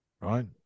right